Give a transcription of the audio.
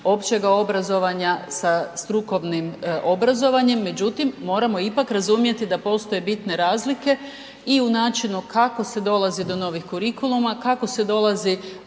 općega obrazovanja sa strukovnim obrazovanjem, međutim, moramo ipak razumjeti da postoje bitne razlike i u načinu kako se dolazi do novih kurikuluma, kako se dolazi